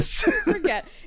forget